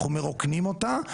אנחנו מרוקנים אותה,